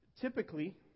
typically